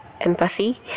empathy